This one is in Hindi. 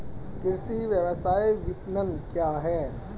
कृषि व्यवसाय विपणन क्या है?